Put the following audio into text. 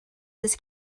this